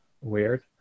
weird